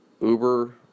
Uber